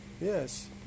Yes